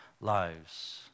lives